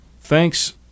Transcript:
Thanks